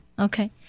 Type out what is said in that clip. Okay